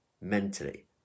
mentally